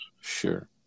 Sure